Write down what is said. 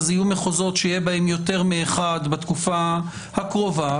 יהיו מחוזות שיהיה בהם יותר מאחד בתקופה הקרובה,